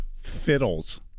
Fiddles